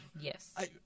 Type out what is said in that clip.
yes